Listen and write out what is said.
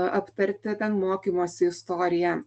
aptarti ten mokymosi istoriją